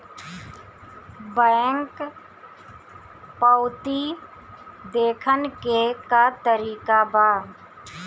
Bank पवती देखने के का तरीका बा?